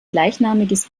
gleichnamiges